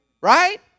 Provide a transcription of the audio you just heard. right